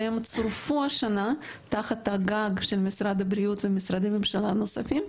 והם צורפו השנה תחת הגג של משרד הבריאות ומשרדי ממשלה נוספים,